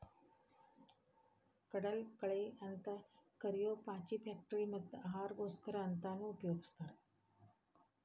ಕಡಲಕಳೆ ಅಂತ ಕರಿಯೋ ಪಾಚಿ ಫ್ಯಾಕ್ಟರಿ ಮತ್ತ ಆಹಾರಕ್ಕೋಸ್ಕರ ಅಂತಾನೂ ಉಪಯೊಗಸ್ತಾರ